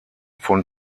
von